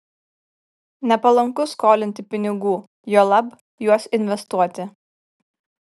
nepalanku skolinti pinigų juolab juos investuoti